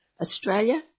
Australia